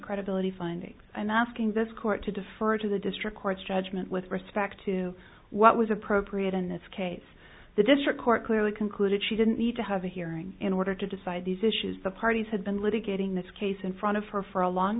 credibility findings and i'm asking this court to defer to the district court's judgment with respect to what was appropriate in this case the district court clearly concluded she didn't need to have a hearing in order to decide these issues the parties had been litigating this case in front of her for a long